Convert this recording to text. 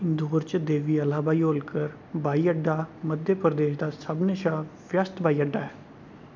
इंदौर च देवी अहिल्याबाई होलकर ब्हाई अड्डा मध्य प्रदेश दा सभनें शा व्यस्त ब्हाई अड्डा ऐ